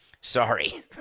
Sorry